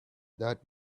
that